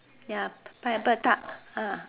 ya pineapple Tart ah